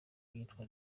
yitwa